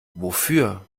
wofür